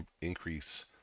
increase